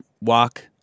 walk